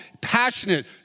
passionate